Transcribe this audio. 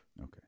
Okay